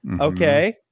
Okay